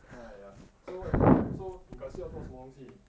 !aiya! so what so 你改次要做什么东西